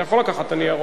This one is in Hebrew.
אתה יכול לקחת את הניירות.